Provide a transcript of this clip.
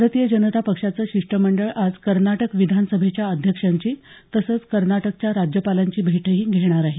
भारतीय जनता पक्षाचं शिष्टमंडळ आज कर्नाटक विधानसभेच्या अध्यक्षांची तसंच कर्नाटकच्या राज्यपालांची भेटही घेणार आहे